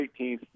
18th